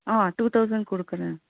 ஆ two thousand கொடுக்குறேன்